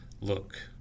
Look